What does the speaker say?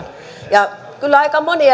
ja kyllä aika moni